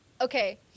Okay